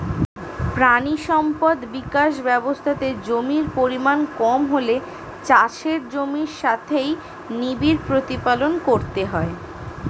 প্রাণী সম্পদ বিকাশ ব্যবস্থাতে জমির পরিমাণ কম হলে চাষের জমির সাথেই নিবিড় প্রতিপালন করতে হয়